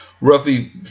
roughly